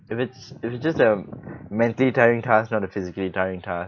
if it's if it's just a mentally tiring task not a physically tiring task